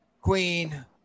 queen